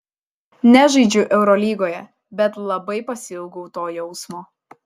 nežaidžiu eurolygoje bet labai pasiilgau to jausmo